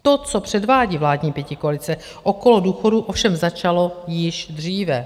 To, co předvádí vládní pětikoalice okolo důchodů, ovšem začalo již dříve.